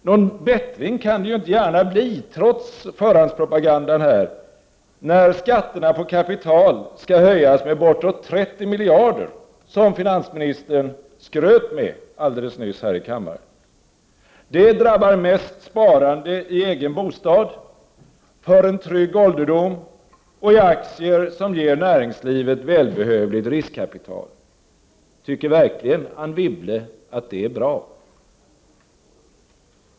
Någon bättring kan det inte gärna bli, trots förhandspropagandan, när skatterna på kapital skall höjas med bortåt 30 miljarder, som finansministern skröt med alldeles nyss här i kammaren. Det drabbar mest sparande i egen bostad, för en trygg ålderdom och i aktier som ger näringslivet välbehövligt riskkapital. Tycker verkligen Anne Wibble att det är bra?